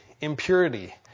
impurity